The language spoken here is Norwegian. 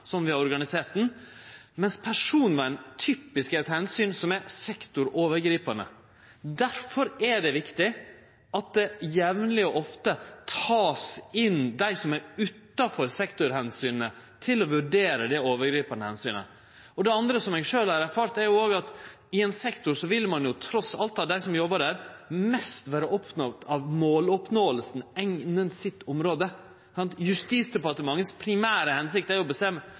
eit omsyn som er sektorovergripande. Derfor er det viktig at ein jamleg og ofte tek inn dei som er utanfor sektoromsynet, til å vurdere det overgripande omsynet. Det andre, som eg sjølv har erfart, er at i ein sektor vil dei som arbeider der, trass alt vere mest opptekne av måloppnåinga innan sitt område. Justisdepartementets primære hensikt er å kjempe mot kriminalitet meir enn å vareta personvernet. Utdanningsdepartementets primære hensikt er å